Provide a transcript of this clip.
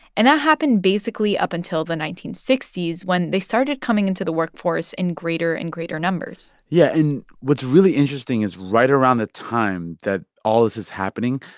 and that happened basically up until the nineteen sixty s, when they started coming into the workforce in greater and greater numbers yeah. and what's really interesting is right around the time that all this is happening,